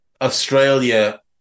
Australia